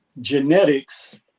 genetics